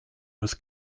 was